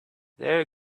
there